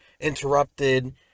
interrupted